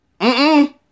Mm-mm